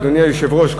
אדוני היושב-ראש,